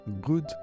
good